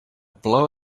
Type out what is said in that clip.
blow